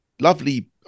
lovely